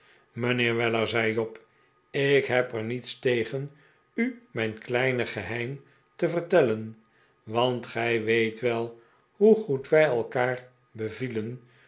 mijnheer weller zei job ik heb er niets tegen u mijn kleine geheimen te vertellen want gij weet wel hoe goed wij elkaar bevielen